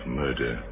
murder